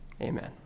Amen